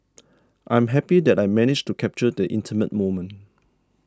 I'm happy that I managed to capture the intimate moment